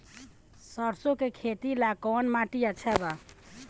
सरसों के खेती ला कवन माटी अच्छा बा?